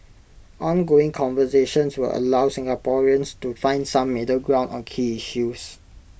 ongoing conversations will allow Singaporeans to find some middle ground on key issues